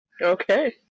okay